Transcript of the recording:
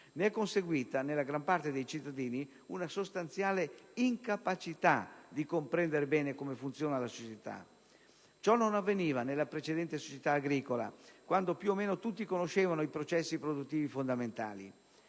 Ne è conseguita nella gran parte dei cittadini una sostanziale incapacità di comprendere bene come funziona la società. Ciò non avveniva nella precedente società agricola, quando più o meno tutti conoscevano i processi produttivi fondamentali.